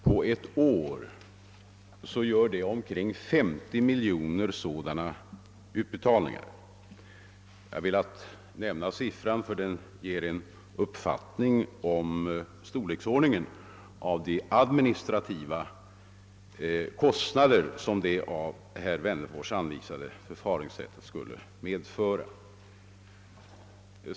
På ett år förekommer sammanlagt omkring 50 miljoner sådana utbetalningar i vårt land. Jag har velat nämna denna siffra, ty den ger en uppfattning om storleksordningen av de administrativa kostnader som det av herr Wennerfors anvisade förfaringssättet skulle medföra.